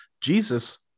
Jesus